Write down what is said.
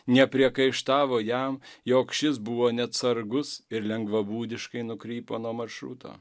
nepriekaištavo jam jog šis buvo neatsargus ir lengvabūdiškai nukrypo nuo maršruto